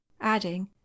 adding